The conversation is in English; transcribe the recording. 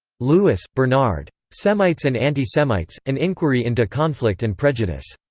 lewis, bernard. semites and anti-semites an inquiry into conflict and prejudice.